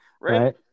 right